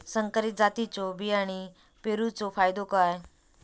संकरित जातींच्यो बियाणी पेरूचो फायदो काय?